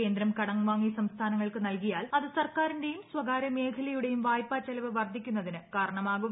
കേന്ദ്രം കടം വാങ്ങി സംസ്ഥാനങ്ങൾക്ക് ന്റൽകിയാൽ അത് സർക്കാരിന്റെയും സ്വകാര്യ മേഖലയുടെയുട്ട് വായ്പാ ചെലവ് വർദ്ധിക്കുന്നതിന് കാരണമാകും